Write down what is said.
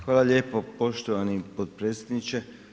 Hvala lijepo poštovani potpredsjedniče.